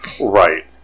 Right